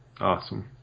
Awesome